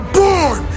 born